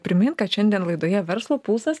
primint kad šiandien laidoje verslo pulsas